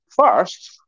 First